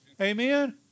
Amen